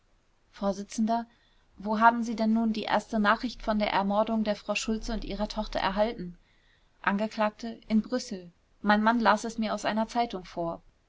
vors wo haben sie denn nun die erste nachricht von der ermordung der frau schultze und ihrer tochter erhalten angekl in brüssel mein mann las es mir aus einer zeitung vor